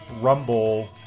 rumble